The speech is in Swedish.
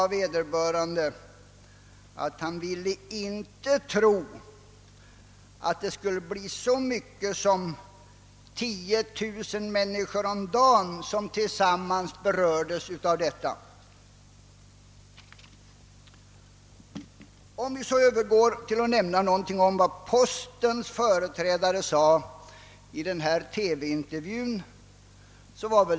Men vederbörande tillade att han inte ville tro att det skulle bli så mycket som tiotusen människor om dagen som tillsammans berördes därav. Jag övergår så till att nämna något om vad postens företrädare sade i denna TV-intervju.